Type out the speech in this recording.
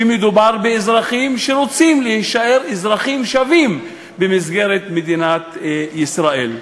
שמדובר באזרחים שרוצים להישאר אזרחים שווים במסגרת מדינת ישראל.